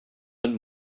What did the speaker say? and